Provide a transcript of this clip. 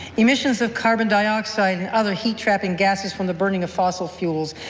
emissions of carbon dioxide and other heat-trapping gases from the burning of fossil fuels,